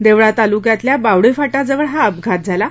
देवळा तालुक्यातल्या बावडेफाटाजवळ हा अपघात झाला आहे